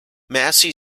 massey